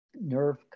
nerve